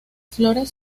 flores